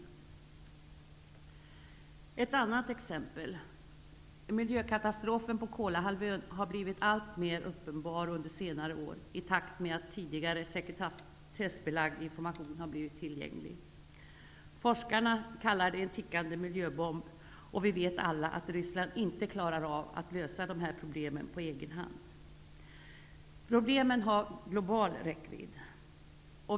Låt mig ta ett annat exempel. Miljökatastrofen på Kolahalvön har blivit alltmer uppenbar under senare år i takt med att tidigare sekretessbelagd information blivit tillgänglig. Forskarna kallar det en tickande miljöbomb, och vi vet alla att Ryssland inte klarar av att lösa problemen på egen hand. Problemen har global räckvidd.